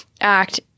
act